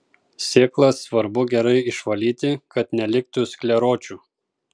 sėklas svarbu gerai išvalyti kad neliktų skleročių